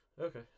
okay